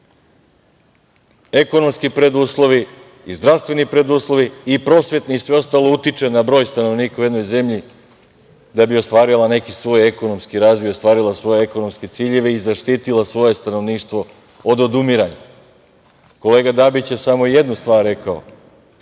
ekonomski preduslovi i zdravstveni preduslovi i prosvetni i sve ostalo utiče a broj stanovnika u jednoj zemlji da bi ostvarila neki svoj ekonomski razvoj i ostvarila svoje ekonomske ciljeve i zaštitila svoje stanovništvo od odumiranja. Kolega Dabić je samo jednu stvar rekao